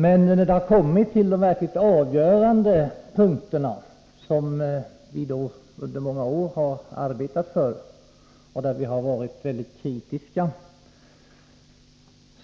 Men när det har kommit till de verkligt avgörande frågorna, som vi under många år har arbetat med och där vi har varit väldigt kritiska,